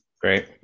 Great